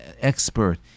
expert